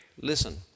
listen